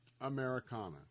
Americana